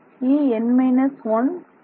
En−1 மற்றும் Hn−12